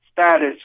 status